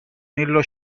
nello